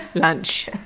lunch!